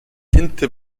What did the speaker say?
tinte